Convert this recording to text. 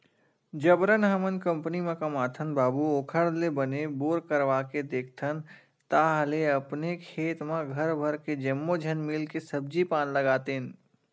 जबरन हमन कंपनी म कमाथन बाबू ओखर ले बने बोर करवाके देखथन ताहले अपने खेत म घर भर के जम्मो झन मिलके सब्जी पान लगातेन